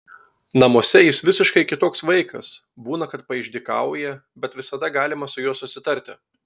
namuose jis visiškai kitoks vaikas būna kad paišdykauja bet visada galima su juo susitarti